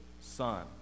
son